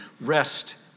Rest